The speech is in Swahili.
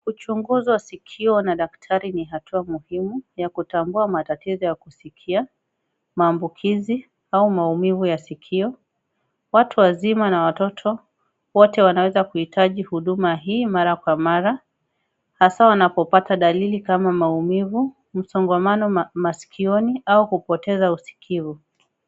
Uchunguzi wa sikio na daktari ni hatua muhimu ya kutambua matatizo ya kuskia, maambukizi au maumivu ya sikio. Watu wazima na watoto wote wanaweza kuhitaji huduma hii mara kwa mara hasa wanapopata dalili kama maumivu, msongamano masikioni au kupoteza usikivu.